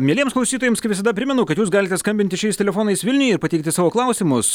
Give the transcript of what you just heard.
mieliems klausytojams kaip visada primenu kad jūs galite skambinti šiais telefonais vilniuje ir pateikti savo klausimus